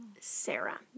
Sarah